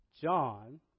John